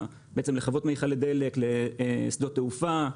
בעצם לחוות מיכלי דלק, לשדות תעופה,